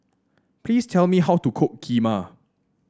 please tell me how to cook Kheema